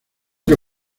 que